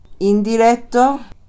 Indiretto